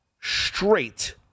straight